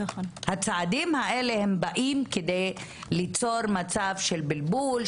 הצעדים האלה באים כדי ליצור מצב של בלבול,